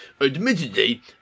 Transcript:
Admittedly